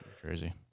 Crazy